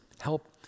help